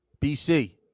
BC